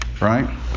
right